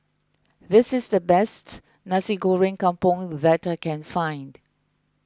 this is the best Nasi Goreng Kampung that I can find